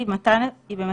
הוא אומר